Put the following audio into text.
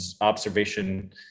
observation